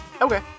Okay